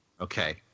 Okay